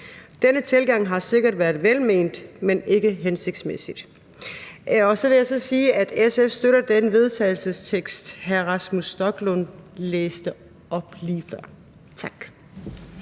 Den tilgang har sikkert været velment, men ikke hensigtsmæssig. Så vil jeg sige, at SF støtter det forslag til vedtagelse, hr. Rasmus Stoklund læste op lige før. Tak.